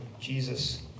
Jesus